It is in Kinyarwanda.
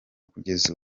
kugeza